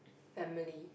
family